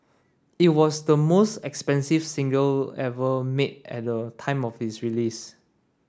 it was the most expensive single ever made at the time of its release